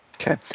Okay